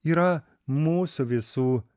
yra mūsų visų